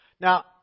Now